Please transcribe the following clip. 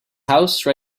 house